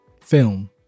film